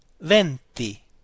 venti